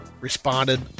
responded